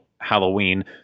halloween